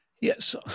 Yes